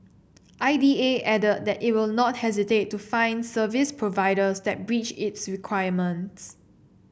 I D A added that it will not hesitate to fine service providers that breach its requirements